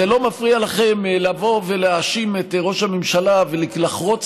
זה לא מפריע לכם לבוא ולהאשים את ראש הממשלה ולחרוץ